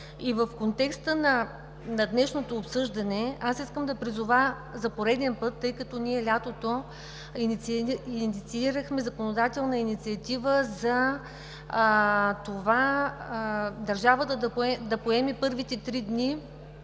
В контекста на днешното обсъждане аз искам да призова за пореден път, тъй като ние лятото инициирахме законодателна инициатива за това държавата да поеме първите три дни